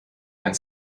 ein